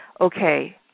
okay